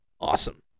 awesome